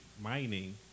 mining